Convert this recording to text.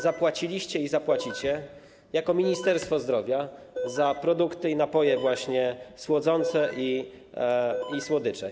zapłaciliście i zapłacicie jako Ministerstwo Zdrowia za produkty i napoje słodzące oraz słodycze?